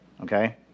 Okay